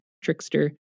Trickster